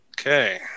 Okay